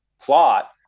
plot